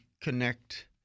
connect